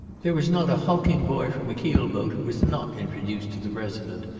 there was not a hulking boy from a keel-boat who was not introduced to the president,